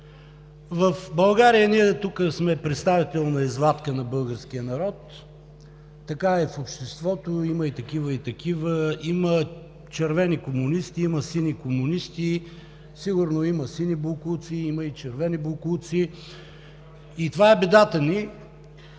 В България ние тук сме представителна извадка на българския народ, така е в обществото, има такива и такива – има червени комунисти, има сини комунисти, сигурно има „сини боклуци“, има и „червени боклуци“ – и това е бедата ни.